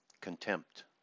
Contempt